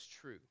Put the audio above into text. true